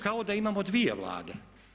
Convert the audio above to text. Kao da imamo dvije Vlade.